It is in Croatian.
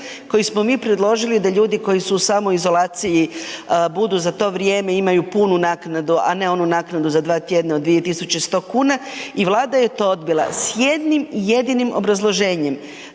koji smo mi predložili da ljudi koji su u samoizolaciji budu za to vrijeme, imaju punu naknadu, a ne onu naknadu za 2 tjedna od 2100 kuna i Vlada je to odbila s jednim jedinim obrazloženjem,